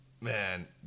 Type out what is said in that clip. man